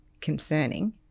concerning